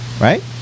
Right